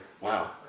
Wow